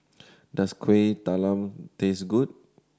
does Kuih Talam taste good